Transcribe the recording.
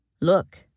Look